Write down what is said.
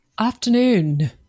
afternoon